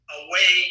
away